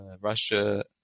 Russia